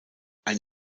ein